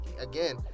again